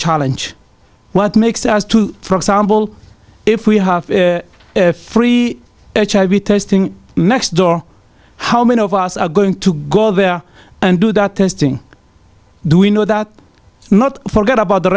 challenge what makes us to for example if we have free hiv testing next door how many of us are going to go there and do that testing do we know that not forget about the